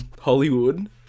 Hollywood